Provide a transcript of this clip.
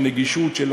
של נגישות,